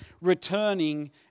returning